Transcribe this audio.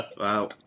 Wow